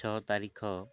ଛଅ ତାରିଖ